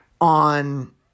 on